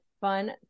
Fun